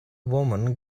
woman